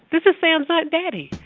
it's sam's aunt betty.